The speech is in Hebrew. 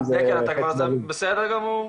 בסדר גמור.